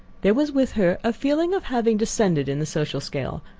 there was with her a feeling of having descended in the social scale,